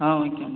ah okay ma'am